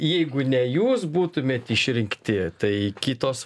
jeigu ne jūs būtumėt išrinkti tai kitos